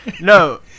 No